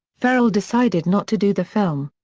ferrell decided not to do the film.